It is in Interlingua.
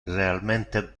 realmente